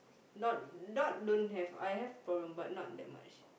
not not don't have I have problem but not that much